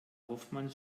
hoffmann